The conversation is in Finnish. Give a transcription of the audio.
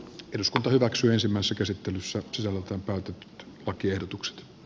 eduskunta hyväksyy ensimmäistä käsittelyssä sisällön kömpelöt lakiehdotukset